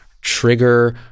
Trigger